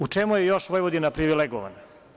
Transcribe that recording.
U čemu je još Vojvodina privilegovana?